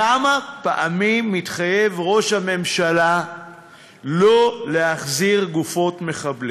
כמה פעמים התחייב ראש הממשלה לא להחזיר גופות מחבלים?